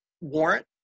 warrant